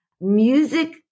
music